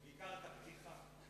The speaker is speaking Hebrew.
בעיקר את הפתיחה.